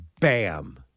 bam